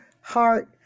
heart